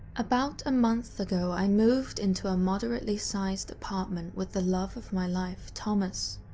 about a month ago, i moved into a moderately-sized apartment with the love of my life, thomas,